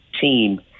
team